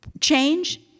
change